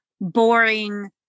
boring